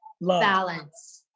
balance